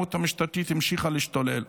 האלימות המשטרתית המשיכה להשתולל.